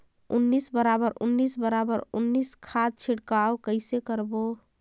उन्नीस बराबर उन्नीस बराबर उन्नीस खाद छिड़काव कइसे करबो?